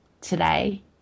today